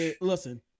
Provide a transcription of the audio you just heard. Listen